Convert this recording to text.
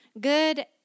good